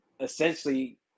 essentially